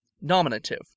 Nominative